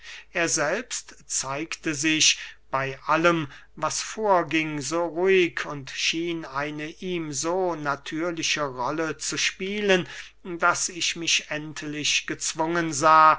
er selbst zeigte sich bey allem was vorging so ruhig und schien eine ihm so natürliche rolle zu spielen daß ich mich endlich gezwungen sah